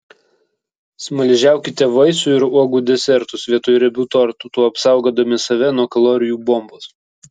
smaližiaukite vaisių ir uogų desertus vietoj riebių tortų tuo apsaugodami save nuo kalorijų bombos